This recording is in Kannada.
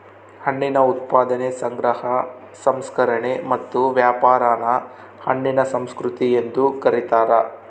ಹಣ್ಣಿನ ಉತ್ಪಾದನೆ ಸಂಗ್ರಹ ಸಂಸ್ಕರಣೆ ಮತ್ತು ವ್ಯಾಪಾರಾನ ಹಣ್ಣಿನ ಸಂಸ್ಕೃತಿ ಎಂದು ಕರೀತಾರ